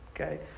Okay